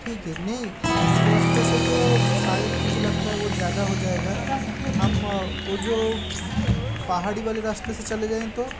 ठीक है नहीं उस रास्ते से तो शायद मुझे लगता है वो ज़्यादा हो जाएगा हम वो जो पहाड़ी वाले रास्ते से चले जाएँ तो